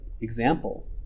example